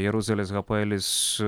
jeruzalės hapoelis